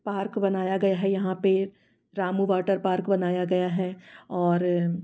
park बनाया गया है यहाँ पे रामू वॉटर पार्क बनाया गया है और